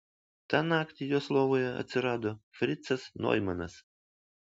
tą naktį jos lovoje atsirado fricas noimanas